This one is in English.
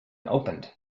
opened